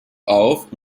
auf